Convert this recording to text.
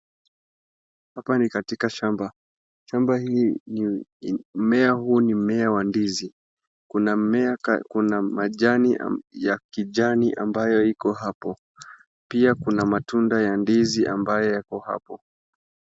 Hapa ni katika shamba. Mmea huu ni wa mmea wa ndizi. Kuna majani ya kijani ambayo iko hapo. Pia kuna matunda ya ndizi ambayo yako hapo.